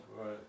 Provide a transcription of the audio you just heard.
right